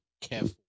careful